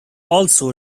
also